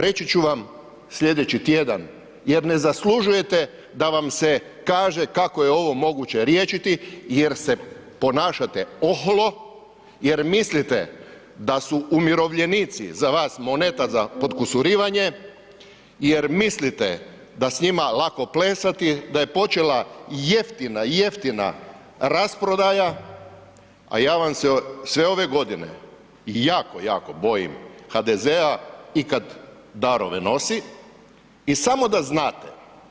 Reći ću vam sljedeći tjedan jer ne zaslužujete da vam se kaže kako je ovo moguće riješiti jer se ponašate oholo, jer mislite da su umirovljenici za vas moneta za potkusurivanje, jer mislite da s njima lako plesati, da je počela jeftina, jeftina rasprodaja, a ja vam se sve ove godine jako, jako bojim HDZ-a i kad darove nosi i samo da znate.